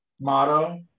motto